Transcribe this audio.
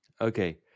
Okay